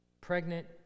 pregnant